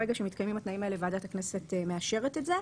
ברגע שמתקיימים התנאים האלה ועדת הכנסת מאשרת את זה,